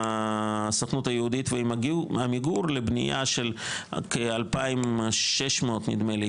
היהודית ועם עמיגור לבנייה של כ-2,600 נדמה לי,